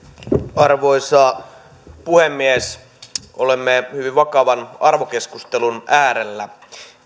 arvoisa puhemies olemme hyvin vakavan arvokeskustelun äärellä